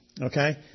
Okay